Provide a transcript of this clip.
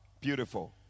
beautiful